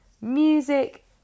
music